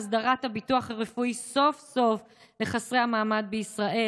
הסדרת הביטוח הרפואי לחסרי המעמד בישראל